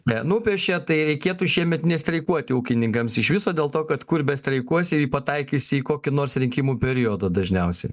nupiešė tai reikėtų šiemet nestreikuoti ūkininkams iš viso dėl to kad kur be streikuosi pataikysi į kokį nors rinkimų periodą dažniausiai